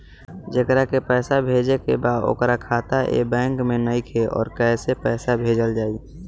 जेकरा के पैसा भेजे के बा ओकर खाता ए बैंक मे नईखे और कैसे पैसा भेजल जायी?